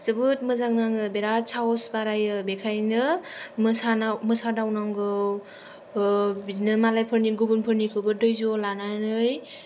जोबोद मोजां नाङो बिराद साहस बारायो बिखायनो मोसादावनांगौ बिदिनो मालायफोर गुबुनफोरनिखौबो धैज्य लानानै